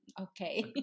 Okay